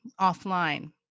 offline